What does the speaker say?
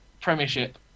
premiership